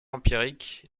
empirique